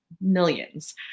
millions